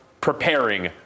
preparing